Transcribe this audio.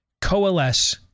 coalesce